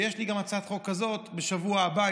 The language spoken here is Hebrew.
ויש לי גם הצעת חוק כזאת בשבוע הבא,